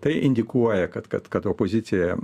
tai indikuoja kad kad kad opozicija